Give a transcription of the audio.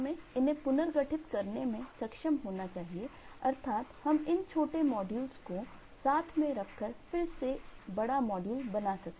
हमें इन्हें पुनर्गठित करने में सक्षम होना चाहिए अर्थात हम इन छोटे मॉड्यूलस को साथ में रखकर फिर से बड़ा मॉड्यूल बना सके